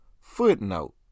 Footnote